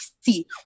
see